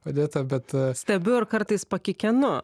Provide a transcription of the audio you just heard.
odeta bet stebiu ir kartais pakikenu